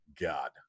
God